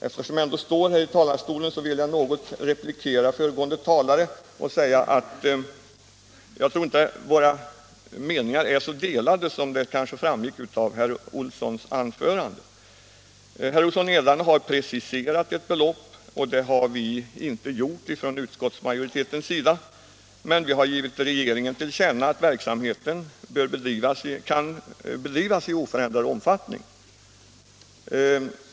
Eftersom jag ändå står här i talarstolen vill jag något replikera föregående talare. Jag tror inte att våra meningar är så delade som det verkade av herr Olssons i Edane anförande. Herr Olsson har preciserat ett belopp, och det har vi inte gjort från utskottsmajoritetens sida, men vi har hemställt att riksdagen skall ge regeringen till känna att verksamheten bör bedrivas i oförändrad omfattning.